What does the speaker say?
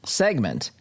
segment